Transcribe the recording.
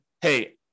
hey